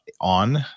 on